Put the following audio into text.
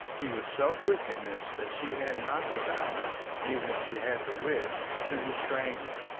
he was so quick in this that she had not the power, even if she had the wish, to restrain him.